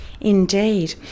Indeed